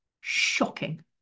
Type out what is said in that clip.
shocking